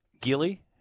Gilly